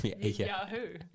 Yahoo